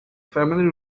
family